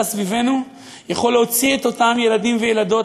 סביבנו יכולים להוציא את אותם ילדים וילדות,